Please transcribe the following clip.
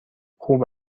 خوب